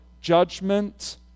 judgment